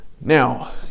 Now